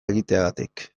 egiteagatik